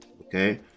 Okay